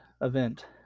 event